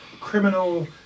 criminal